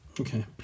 Okay